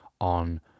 on